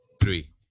three